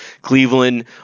Cleveland